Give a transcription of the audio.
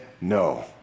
no